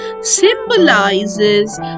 symbolizes